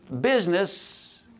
business